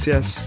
Yes